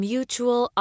Mutual